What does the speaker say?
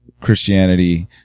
Christianity